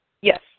Yes